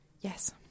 Yes